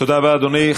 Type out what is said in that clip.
תודה רבה, אדוני.